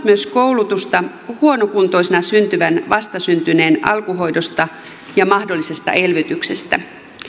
myös koulutusta huonokuntoisena syntyvän vastasyntyneen alkuhoidosta ja mahdollisesta elvytyksestä